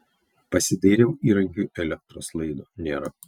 pasidairiau įrankiui elektros laido nėra